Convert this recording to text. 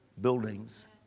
buildings